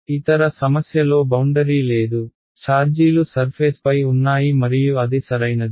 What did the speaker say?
ఇతర సమస్యలో బౌండరీ లేదు ఛార్జీలు సర్ఫేస్పై ఉన్నాయి మరియు అది సరైనది